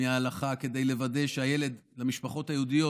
כדי לוודא שגם ילד ממשפחות יהודיות,